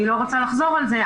אני לא רוצה לחזור על זה,